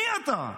מי אתה?